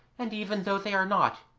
and even though they are not,